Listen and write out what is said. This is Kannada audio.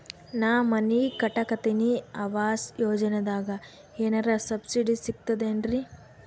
ನಾ ಮನಿ ಕಟಕತಿನಿ ಆವಾಸ್ ಯೋಜನದಾಗ ಏನರ ಸಬ್ಸಿಡಿ ಸಿಗ್ತದೇನ್ರಿ?